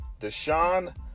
Deshaun